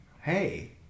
Hey